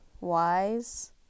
Wise